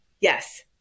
Yes